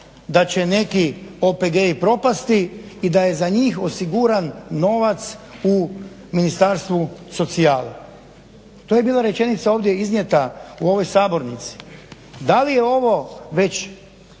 da će neki OPG-i propasti i da je za njih osiguran novac u Ministarstvu socijale. To je bila rečenica ovdje iznijeta u ovoj sabornici. Da li je ovo već